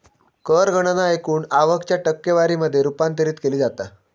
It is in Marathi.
कर गणना एकूण आवक च्या टक्केवारी मध्ये रूपांतरित केली जाता